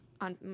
on